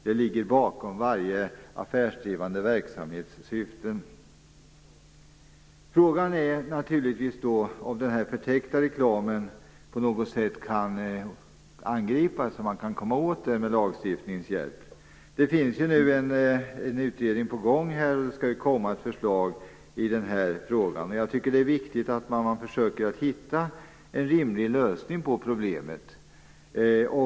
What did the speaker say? Det ligger bakom varje affärsdrivande verksamhets syfte. Frågan är om man på något sätt kan komma åt den förtäckta reklamen med lagstiftningens hjälp. En utredning pågår nu, och det skall komma ett förslag i den här frågan. Jag tycker att det är viktigt att man försöker hitta en rimlig lösning på problemet.